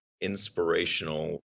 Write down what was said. inspirational